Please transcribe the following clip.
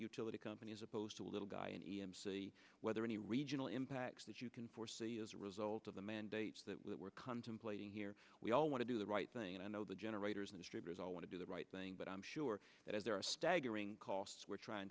utility company as opposed to a little guy in e m c whether any regional impacts that you can foresee as a result of the mandates that we're contemplating here we all want to do the right thing and i know the generators and distributors all want to do the right thing but i'm sure that as there are staggering costs we're trying